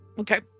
Okay